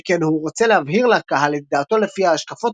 שכן הוא רוצה להבהיר לקהל את דעתו לפיה ההשקפות